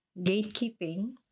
gatekeeping